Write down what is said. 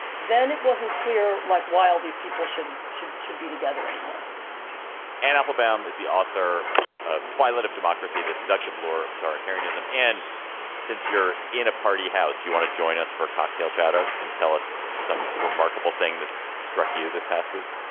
then it wasn't clear like why all these people should should should be together anymore and applebaum is the author of twilit of democracy the seductive lure of authoritarianism. and since you're in a party house, you want to join us for cocktail chatter and tell us some remarkable thing that struck you this past week.